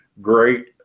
great